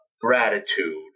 gratitude